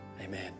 amen